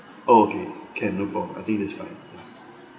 okay can no problem I think that's fine